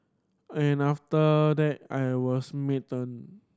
and after that I was smitten